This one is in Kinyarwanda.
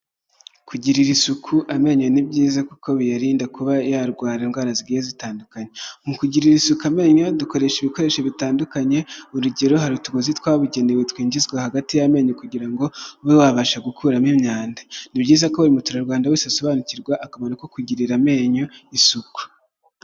Kugirira isuku amenyo ni byiza kuko biyarinda kuba yarwara indwara zigiye zitandukanye, mu kugirira isuku amenyo dukoresha ibikoresho bitandukanye urugero harituguzi twabugenewe twinjizwa hagati y'amenyo kugira ngo ube wabasha gukuramo imyanda. Ni byiza ko buri muturarwanda wese asobanukirwa akamaro ko kugirira amenyo isuku.